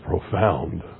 profound